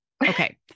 Okay